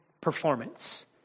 performance